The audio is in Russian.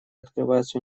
открывается